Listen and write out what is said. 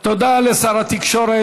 תודה לשר התקשורת.